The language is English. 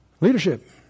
Leadership